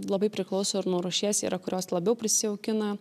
labai priklauso ir nuo rūšies yra kurios labiau prisijaukina